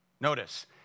Notice